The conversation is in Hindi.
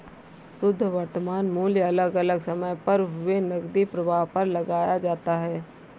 शुध्द वर्तमान मूल्य अलग अलग समय पर हुए नकदी प्रवाह पर लगाया जाता है